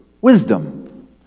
wisdom